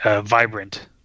vibrant